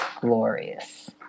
glorious